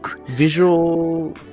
visual